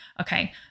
okay